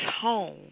Home